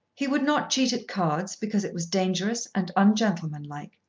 he would not cheat at cards because it was dangerous and ungentlemanlike,